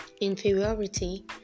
inferiority